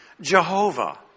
Jehovah